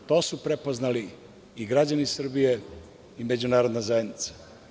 To su prepoznali i građani Srbije i međunarodna zajednica.